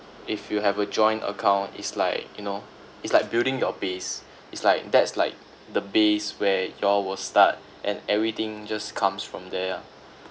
if you have a joint account is like you know it's like building your base it's like that's like the base where y'all will start and everything just comes from there ah